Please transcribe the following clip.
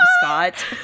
Scott